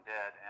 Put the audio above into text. Dead